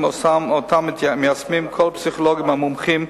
שמיישמים כל הפסיכולוגים המומחים,